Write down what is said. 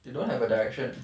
you don't have a direction